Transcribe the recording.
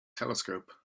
telescope